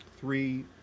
three